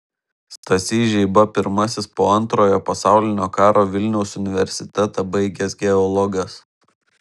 stasys žeiba pirmasis po antrojo pasaulinio karo vilniaus universitetą baigęs geologas